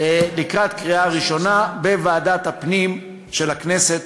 לקראת קריאה ראשונה בוועדת הפנים של הכנסת.